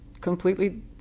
completely